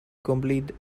compete